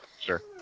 Sure